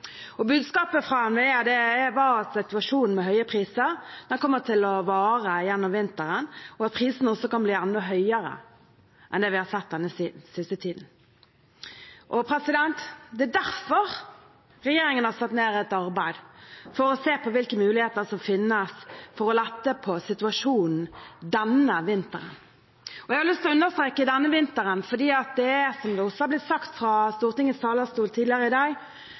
vinteren, og at prisene også kan bli enda høyere enn det vi har sett den siste tiden. Det er derfor regjeringen har satt i gang et arbeid for å se på hvilke muligheter som finnes for å lette på situasjonen denne vinteren. Jeg har lyst til å understreke «denne vinteren» fordi det er, som det også har blitt sagt fra Stortingets talerstol tidligere i dag,